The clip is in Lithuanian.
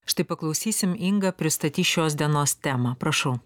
štai paklausysim inga pristatys šios dienos temą prašau